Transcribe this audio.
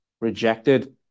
rejected